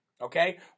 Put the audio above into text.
okay